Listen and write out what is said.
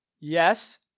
Yes